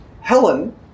Helen